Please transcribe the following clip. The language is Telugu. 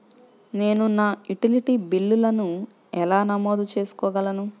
నేను నా యుటిలిటీ బిల్లులను ఎలా నమోదు చేసుకోగలను?